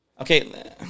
Okay